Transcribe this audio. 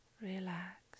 Relax